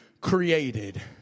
created